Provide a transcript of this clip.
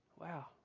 Wow